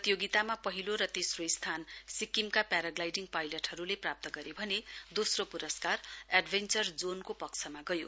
प्रतियोगितामा पहिलो र तेस्रो स्थान सिक्किमका प्याराग्लाइडिङ पाइलटहरुले प्राप्त गरे भने दोस्रो पुरस्कार एडभेञ्चर जोनको पक्षमा गयो